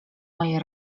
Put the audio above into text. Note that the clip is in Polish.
moje